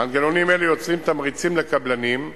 מנגנונים אלו יוצרים תמריצים לקבלנים